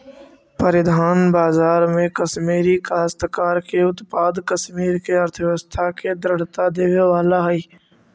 परिधान बाजार में कश्मीरी काश्तकार के उत्पाद कश्मीर के अर्थव्यवस्था के दृढ़ता देवे वाला हई